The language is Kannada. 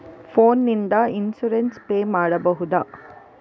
ಫೋನ್ ನಿಂದ ಇನ್ಸೂರೆನ್ಸ್ ಪೇ ಮಾಡಬಹುದ?